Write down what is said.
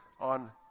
on